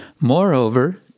Moreover